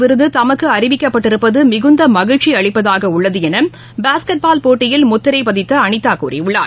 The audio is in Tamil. விருதுதமக்குஅறிவிக்கப்பட்டிருப்பதமிகுந்தமகிழ்ச்சிஅளிப்பதாகஉள்ளதுஎனபாஸ்கெட்பால் பக்மடமீ போட்டியில் முத்திரைப்பதித்தஅனிதாகூறியுள்ளார்